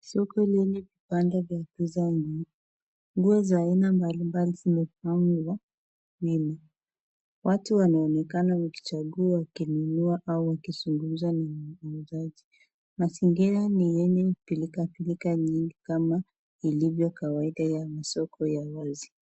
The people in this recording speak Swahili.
Soko lenye vibanda ya kuuza nguo, nguo za aina mbalimbali zimepangwa wima, watu wanaonekana wakichagua, wakinunua au wakizungumza na muuzaji. Mazingira ni yenye pilka pilka nyingi kama ilivyo kawaida ya masoko ya wazi.